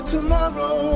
Tomorrow